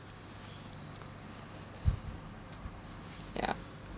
ya